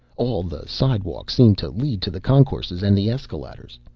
all the slidewalks seemed to lead to the concourses and the escaladders.